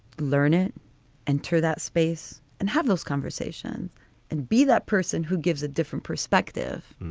learn it and tour that space and have those conversations and be that person who gives a different perspective.